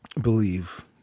believe